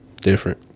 Different